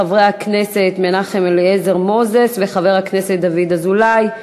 של חברי הכנסת מנחם אליעזר מוזס וחבר הכנסת דוד אזולאי.